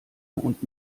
und